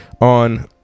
on